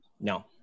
No